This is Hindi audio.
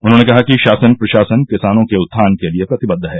उन्होंने कहा कि शासन प्रशासन किसानों के उत्थान के लिये प्रतिबद्ध है